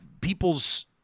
people's –